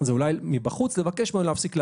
זה אולי מבחוץ לבקש ממנו להפסיק לעשן.